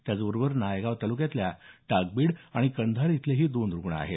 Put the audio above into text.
त्याचबरोबर नायगाव तालुक्यातल्या टाकबीड आणि कंधार इथलेही दोन रुग्ण आहेत